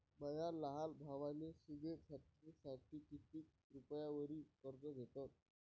माया लहान भावाले सिमेंट फॅक्टरीसाठी कितीक रुपयावरी कर्ज भेटनं?